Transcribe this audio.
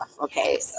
Okay